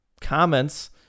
comments